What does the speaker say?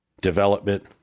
development